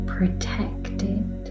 Protected